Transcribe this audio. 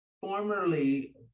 formerly